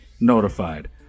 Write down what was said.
notified